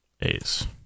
A's